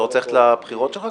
אתה רוצה ללכת לבחירות שלך כבר?